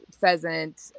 pheasant